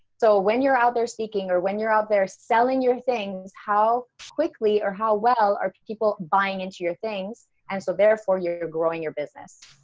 so when you're out there speaking or when you're out there selling your things, how quickly or how well are people buying into your things and so therefore you're growing your business?